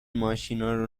ماشینارو